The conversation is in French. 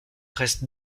reste